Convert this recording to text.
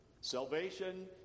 salvation